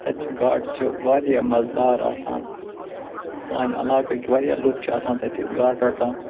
تتچہِ گاڑٕ چھِ واریاہ مزٕدار آسان سانہِ علاقٕقۍ واریاہ لوٗکھ چھِ آسان تتہِ گاڑٕ رٹان